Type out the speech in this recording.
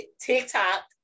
TikTok